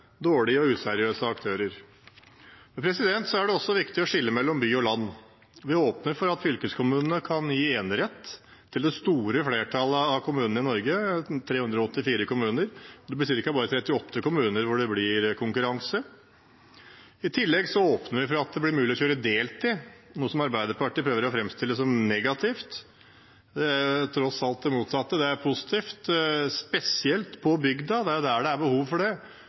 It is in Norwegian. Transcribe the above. dårlige og useriøse aktører. Det er også viktig å skille mellom by og land. Vi åpner for at fylkeskommunene kan gi enerett til det store flertallet av kommuner i Norge, 384 kommuner. Det blir bare ca. 38 kommuner hvor det blir konkurranse. I tillegg åpner vi for at det blir mulig å kjøre på deltid, noe som Arbeiderpartiet prøver å framstille som negativt. Det er tross alt det motsatte. Det er positivt, spesielt på bygda. Det er jo der det er behov for det.